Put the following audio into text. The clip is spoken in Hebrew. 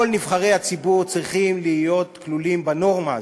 כל נבחרי הציבור צריכים להיות כלולים בנורמה הזו.